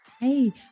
Hey